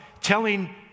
telling